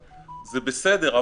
זה בסדר,